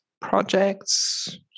projects